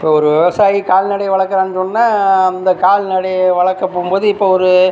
இப்போ ஒரு விவசாயி கால்நடை வளர்க்குறான்னு சொன்னால் அந்த கால்நடையை வளர்க்கப் போகும்போது இப்போ ஒரு